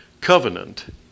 covenant